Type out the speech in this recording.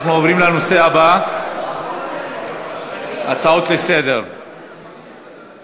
ההצעה להפוך את הצעת חוק מס ערך מוסף (תיקון,